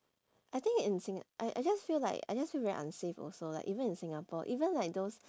I think in singa~ I I just feel like I just feel very unsafe also like even in singapore even like those